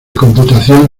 computación